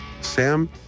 Sam